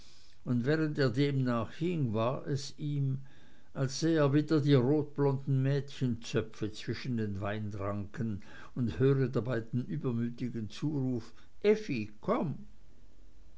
und während er dem nachhing war es ihm als säh er wieder die rotblonden mädchenköpfe zwischen den weinranken und höre dabei den übermütigen zuruf effi komm